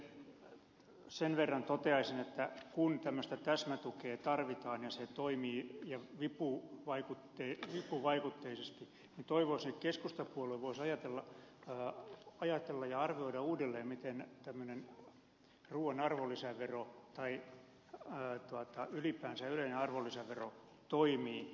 sitten sen verran toteaisin että kun tämmöistä täsmätukea tarvitaan ja se toimii vipuvaikutteisesti niin toivoisin että keskustapuolue voisi ajatella ja arvioida uudelleen miten tämmöinen ruuan arvonlisävero tai ylipäänsä yleinen arvonlisävero toimii